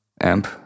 amp